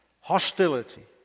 hostility